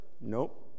Nope